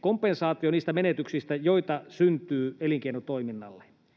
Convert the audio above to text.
kompensaatio niistä menetyksistä, joita syntyy elinkeinotoiminnalle.